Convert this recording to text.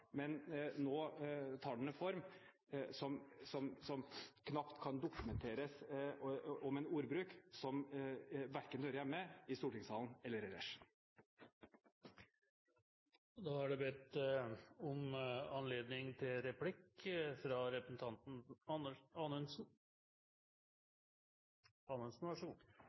Men nå tar den en form som knapt kan dokumenteres, med en ordbruk som verken hører hjemme i stortingssalen eller ellers. Det blir replikkordskifte. Det siste er jeg enig med statsråden i. Det er det han som står for, og jeg er skremt over vinklingen til